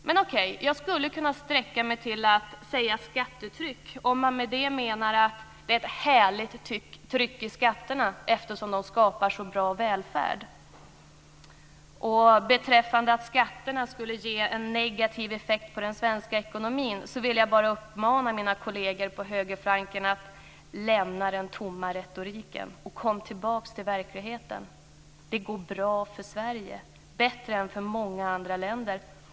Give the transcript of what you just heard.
Men okej, jag skulle kunna sträcka mig till att säga "skattetryck" om man med det menar att det är ett härligt tryck i skatterna eftersom de skapar så bra välfärd! Beträffande påståendet att skatterna skulle ge en negativ effekt på den svenska ekonomin vill jag bara uppmana mina kolleger på högerflanken att lämna den tomma retoriken och komma tillbaka till verkligheten. Det går bra för Sverige - bättre än för många andra länder.